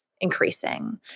increasing